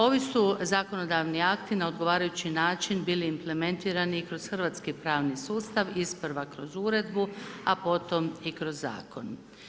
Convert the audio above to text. Ovi su zakonodavni akti na odgovarajući način bili implementirani i kroz hrvatski pravni sustav, isprva kroz uredbu a potom i kroz zakon.